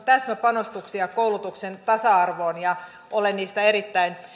täsmäpanostuksia koulutuksen tasa arvoon ja olen niistä erittäin